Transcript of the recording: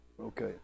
okay